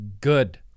good